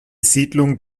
siedlung